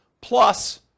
plus